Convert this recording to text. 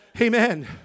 Amen